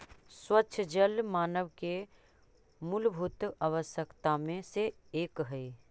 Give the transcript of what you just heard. स्वच्छ जल मानव के मूलभूत आवश्यकता में से एक हई